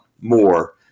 more